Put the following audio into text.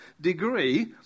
degree